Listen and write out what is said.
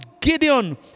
Gideon